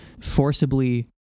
forcibly